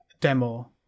demo